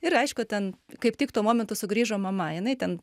ir aišku ten kaip tik tuo momentu sugrįžo mama jinai ten